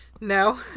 No